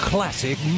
Classic